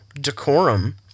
decorum